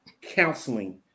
counseling